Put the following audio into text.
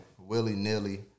willy-nilly